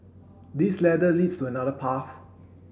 this ladder leads to another path